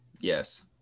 Yes